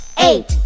eight